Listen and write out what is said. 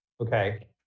Okay